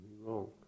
wrong